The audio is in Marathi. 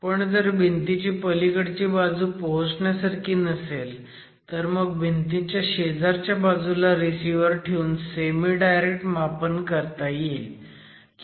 पण जर भिंतीची पलीकडची बाजू पोहोचण्यासारखी नसेल तर मग भिंतीच्या शेजारच्या बाजूला रिसिव्हर ठेऊन सेमीडायरेक्ट मापन करता येईल